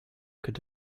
could